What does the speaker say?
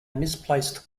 misplaced